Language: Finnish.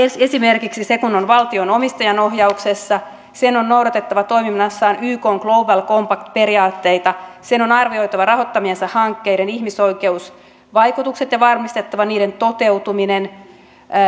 esimerkiksi se kun on valtion omistajaohjauksessa sen on noudatettava toiminnassaan ykn global compact periaatteita sen on arvioitava rahoittamiensa hankkeiden ihmisoikeusvaikutukset ja varmistettava niiden toteutuminen